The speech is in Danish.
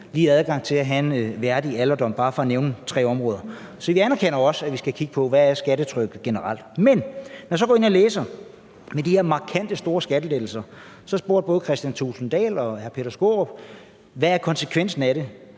lige adgang til at have en værdig alderdom, bare for at nævne tre områder. Så vi anerkender også, at vi skal kigge på, hvad skattetrykket er generelt. Men når jeg så går ind og læser om de her markante, store skattelettelser og både hr. Kristian Thulesen Dahl og hr. Peter Skaarup spørger, hvad konsekvensen af det